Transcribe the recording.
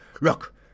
Look